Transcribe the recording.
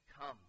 come